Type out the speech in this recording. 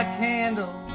candle